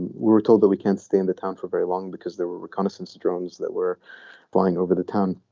we're told that we can't stay in the town for very long because there were reconnaissance drones that were flying over the town.